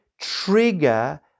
trigger